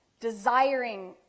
desiring